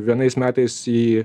vienais metais į